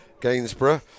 Gainsborough